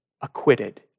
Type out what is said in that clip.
Acquitted